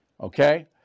Okay